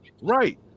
Right